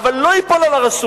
אבל, שזה לא ייפול על הרשות.